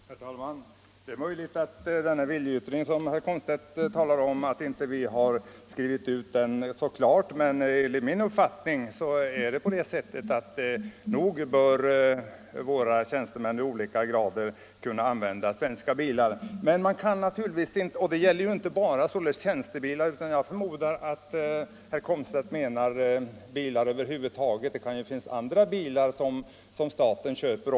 Herr talman! Det är möjligt att den viljeyttring som herr Komstedt talar om inte har skrivits in så klart i betänkandet, men enligt min mening bör nog våra tjänstemän i olika grader kunna använda svenska bilar. Det gäller inte bara tjänstebilar. Jag förmodar att herr Komstedt menar bilar över huvud taget, t.ex. sådana som vägverket köper.